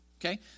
Okay